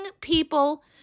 people